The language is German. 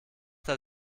der